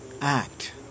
act